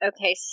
Okay